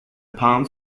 palms